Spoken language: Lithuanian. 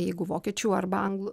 jeigu vokiečių arba anglų